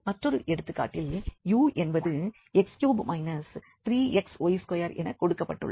மற்றொரு எடுத்துக்காட்டில் u என்பது x3 3xy2 என கொடுக்கப்பட்டுள்ளது